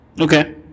Okay